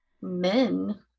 men